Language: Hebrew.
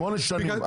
שמונה שנים,